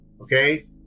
Okay